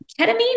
ketamine